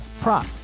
prop